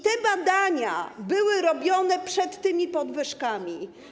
Te badania były robione przed tymi podwyżkami.